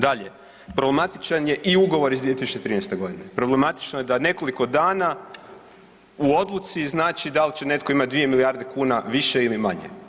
Dalje, problematičan je ugovor iz 2013. g., problematično je da nekoliko dana u odluci znači da li će netko imati 2 milijarde kuna više ili manje.